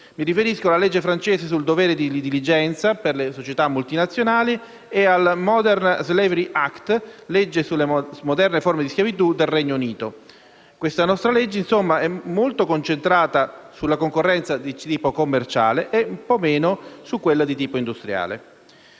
mi riferisco alla legge francese sul dovere di diligenza per le società multinazionali e al *modern slavery act* (legge sulle moderne forme di schiavitù) del Regno Unito. Questo nostro disegno di legge, insomma, è molto concentrato sulla concorrenza di tipo commerciale e meno su quella di tipo industriale.